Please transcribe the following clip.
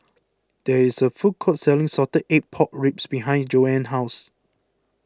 there is a food court selling Salted Egg Pork Ribs behind Joanne's house